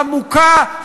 המוקע,